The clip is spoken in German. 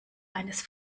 eines